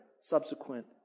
subsequent